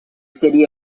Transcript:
city